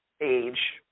age